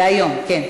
היום, כן.